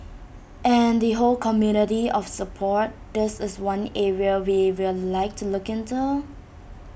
and the whole community of support this is one area we will like to look into